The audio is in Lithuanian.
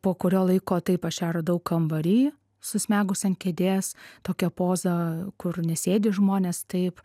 po kurio laiko taip aš ją radau kambary susmegus ant kėdės tokia poza kur nesėdi žmonės taip